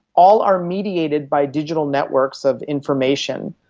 all are mediated by digital networks of information.